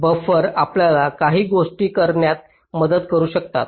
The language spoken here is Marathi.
बफर आपल्याला काही गोष्टी करण्यात मदत करू शकतात